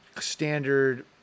standard